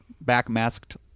back-masked